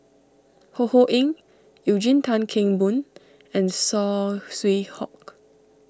Ho Ho Ying Eugene Tan Kheng Boon and Saw Swee Hock